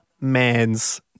man's